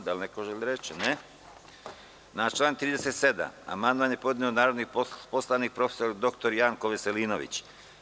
Da li neko želi reč? (Ne) Na član 37. amandman je podneo narodni poslanik prof. dr Janko Veselinović.